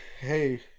hey